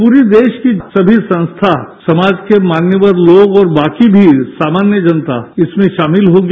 पूरेदेश की सभी संस्था समाज के मान्यवर लोगऔर बाकी भी सामान्य जनता इसमें शामिल होगी